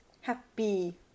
happy